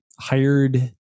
hired